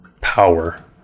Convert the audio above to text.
power